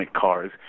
cars